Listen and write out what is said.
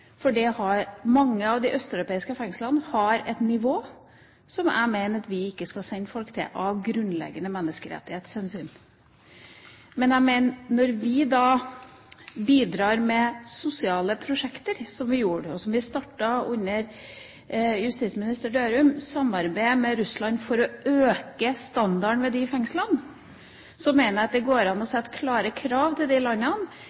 de russiske fengslene. Mange av de østeuropeiske fengslene har et nivå som er sånn at jeg mener vi ikke skal sende folk dit, av grunnleggende menneskerettshensyn. Men jeg mener at når vi bidrar med sosiale prosjekter, som vi startet under tidligere justisminister Dørum – vi samarbeider med Russland for å øke standarden ved fengslene der – så mener jeg at det går an å stille klare krav til de landene